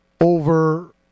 over